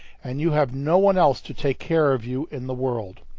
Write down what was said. and you have no one else to take care of you in the world!